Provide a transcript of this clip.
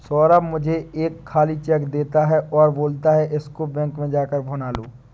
सौरभ मुझे एक खाली चेक देता है और बोलता है कि इसको बैंक में जा कर भुना लो